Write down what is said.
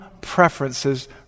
preferences